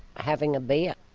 having a beer.